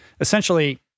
Essentially